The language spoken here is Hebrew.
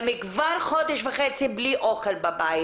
הן כבר חודש וחצי בלי אוכל בבית.